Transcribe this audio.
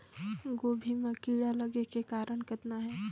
गोभी म कीड़ा लगे के कारण कतना हे?